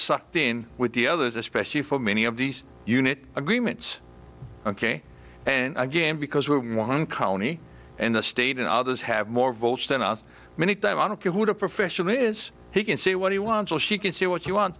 sucked in with the others especially for many of these unit agreements ok and again because we're one colony and the state and others have more votes than us many times i don't care who the profession is he can say what he wants all she can see what you want